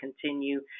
continue